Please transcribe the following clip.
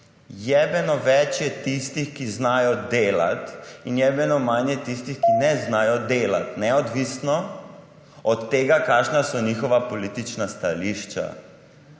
Jebeno več je tistih, ki znajo delati in jebeno manj je tistih, ki ne znajo delati, neodvisno od tega, kakšna so njihova politična stališča.